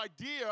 idea